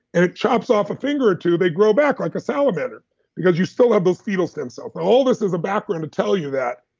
and it chops off a finger or two, they grow back like a salamander because you still have those fetal stem cells and all this is a background to tell you that,